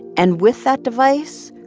and with that device,